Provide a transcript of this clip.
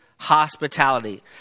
Hospitality